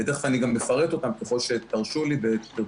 ותכף אני גם אפרט אותם ככל שתרשו לי ותרצו,